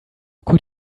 could